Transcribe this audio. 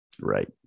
right